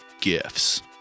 gifts